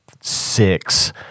six